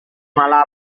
malam